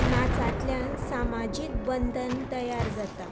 नाचांतल्यान सामाजीक बंदन तयार जाता